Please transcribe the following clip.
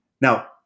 Now